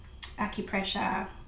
acupressure